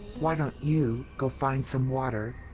why don't you go find some water,